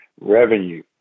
revenue